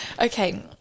Okay